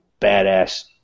badass